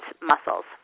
muscles